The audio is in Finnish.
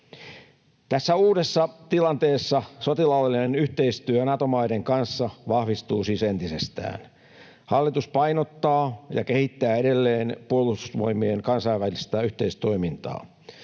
Tässä uudessa tilanteessa sotilaallinen yhteistyö Nato-maiden kanssa vahvistuu siis entisestään. Hallitus painottaa ja kehittää edelleen Puolustusvoimien kansainvälistä yhteistoimintaa.